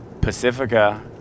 Pacifica